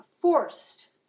forced